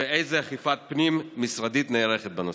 2. איזו אכיפה פנים-משרדית נערכת בנושא?